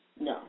No